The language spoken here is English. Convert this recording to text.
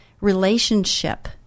relationship